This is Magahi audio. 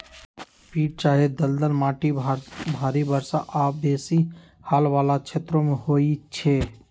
पीट चाहे दलदल माटि भारी वर्षा आऽ बेशी हाल वला क्षेत्रों में होइ छै